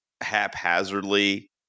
haphazardly